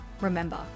remember